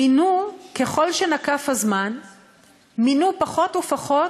מינו, ככל שנקף הזמן מינו פחות ופחות,